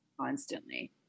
Constantly